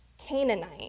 Canaanite